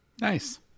Nice